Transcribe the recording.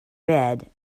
bed